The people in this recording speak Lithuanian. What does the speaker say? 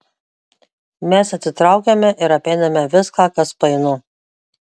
mes atsitraukiame ir apeiname viską kas painu